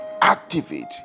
activate